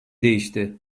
değişti